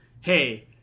hey